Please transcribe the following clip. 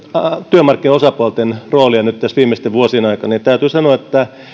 työmarkkinaosapuolten roolia nyt tässä viimeisten vuosien aikana niin täytyy sanoa että